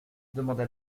demanda